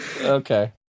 Okay